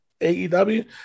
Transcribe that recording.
AEW